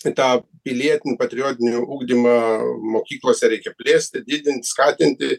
į tą pilietinį patriotinį ugdymą mokyklose reikia plėsti didint skatinti